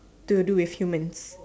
to do with humans